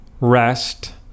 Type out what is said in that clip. rest